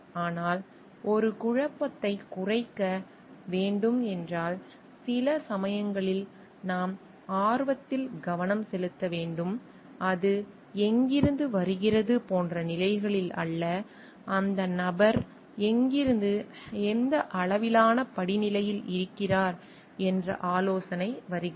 ஆனால் ஒரு குழப்பத்தை குறைக்க வேண்டும் என்றால் சில சமயங்களில் நாம் ஆர்வத்தில் கவனம் செலுத்த வேண்டும் அது எங்கிருந்து வருகிறது போன்ற நிலைகளில் அல்ல அந்த நபர் எங்கிருந்து எந்த அளவிலான படிநிலையில் இருக்கிறார் என்ற ஆலோசனை வருகிறது